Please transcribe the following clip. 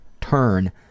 turn